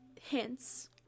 hints